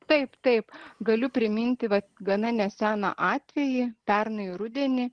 taip taip galiu priminti vat gana neseną atvejį pernai rudenį